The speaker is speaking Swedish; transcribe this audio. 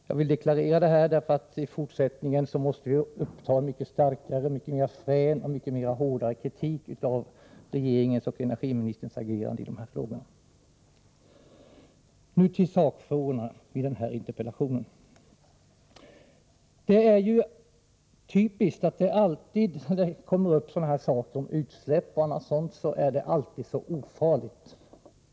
Jag vill deklarera det här därför att i fortsättningen måste vi uppta en hårdare och mycket mera frän kritik av regeringens och energiministerns agerande i dessa frågor. Nu till sakfrågorna i interpellationen. Det är ju typiskt att utsläpp och liknande saker alltid är så ofarliga.